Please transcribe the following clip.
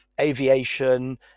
aviation